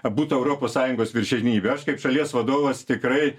būtų europos sąjungos viršenybė aš kaip šalies vadovas tikrai